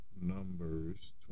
Numbers